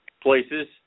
places